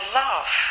love